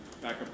backup